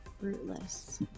Fruitless